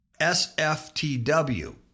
sftw